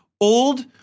old